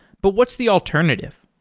but what's the alternative?